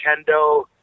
kendo